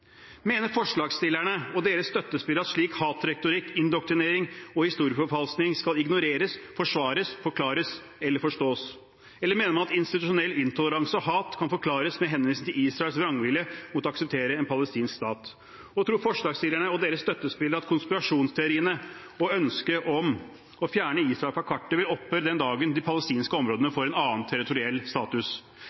Mener forslagstillerne og deres støttespillere at slik hatretorikk, indoktrinering og historieforfalskning skal ignoreres, forsvares, forklares eller forstås? Eller mener man at institusjonell intoleranse og hat kan forklares med henvisning til Israels vrangvilje mot å akseptere en palestinsk stat? Tror forslagsstillerne og deres støttespillere at konspirasjonsteoriene og ønsket om å fjerne Israel fra kartet vil opphøre den dagen de palestinske områdene får en annen territoriell status?